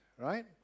right